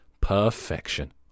Perfection